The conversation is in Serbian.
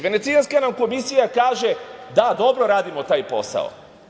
Venecijanska komisija nam kaže da dobro radimo taj posao.